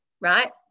Right